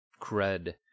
cred